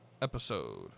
episode